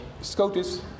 Scotus